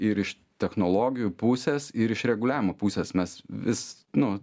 ir iš technologijų pusės ir iš reguliavimo pusės mes vis nu